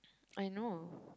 I know